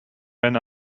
ran